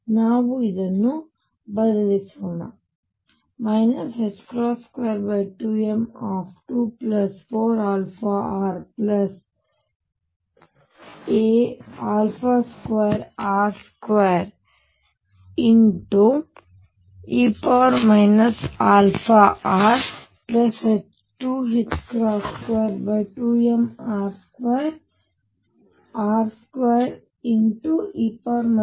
ನಾವುಇದನ್ನುಸಮೀಕರಣದಲ್ಲಿಬದಲಿಸೋಣ